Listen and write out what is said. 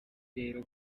rero